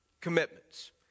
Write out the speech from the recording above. commitments